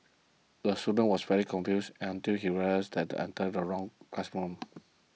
the student was very confused until he realised he entered the wrong classroom